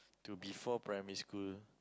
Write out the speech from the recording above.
to before primary school